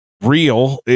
real